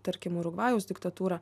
tarkim urugvajaus diktatūra